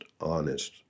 honest